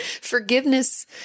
forgiveness